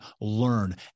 learn